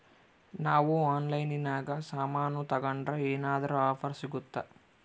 ನಾವು ಆನ್ಲೈನಿನಾಗ ಸಾಮಾನು ತಗಂಡ್ರ ಏನಾದ್ರೂ ಆಫರ್ ಸಿಗುತ್ತಾ?